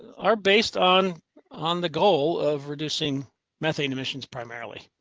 are based on on the goal of reducing methane emissions primarily.